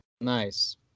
Nice